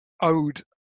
owed